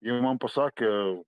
jie man pasakė